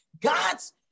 God's